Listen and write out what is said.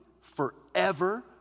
forever